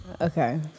Okay